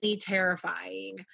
terrifying